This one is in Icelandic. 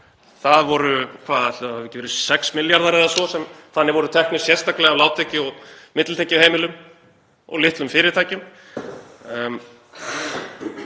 í topp. Ætli það hafi ekki verið 6 milljarðar eða svo sem þannig voru teknir sérstaklega af lágtekju- og millitekjuheimilum og litlum fyrirtækjum.